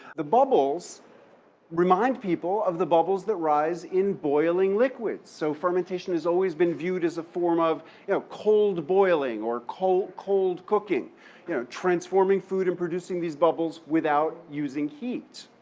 bubbles remind people of the bubbles that rise in boiling liquids. so fermentation has always been viewed as a form of yeah cold boiling or cold cold cooking you know transforming food and producing these bubbles without using heat.